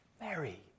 Mary